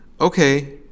Okay